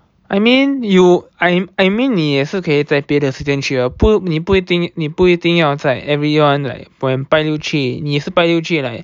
I mean you I I mean 你也是可以在别的时间去不你不一定你不一定要在 everyone like when 拜六去你是拜六去 like